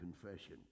confession